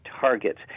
targets